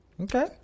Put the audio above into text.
Okay